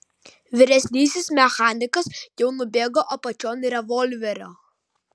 vyresnysis mechanikas jau nubėgo apačion revolverio